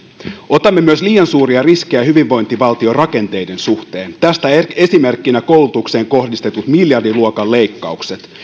otamme myös liian suuria riskejä hyvinvointivaltion rakenteiden suhteen tästä esimerkkinä koulutukseen kohdistetut miljardiluokan leikkaukset